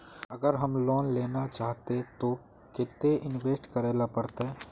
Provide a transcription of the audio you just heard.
अगर हम लोन लेना चाहते तो केते इंवेस्ट करेला पड़ते?